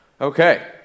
Okay